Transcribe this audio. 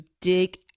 dig